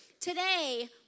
today